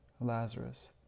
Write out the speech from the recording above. Lazarus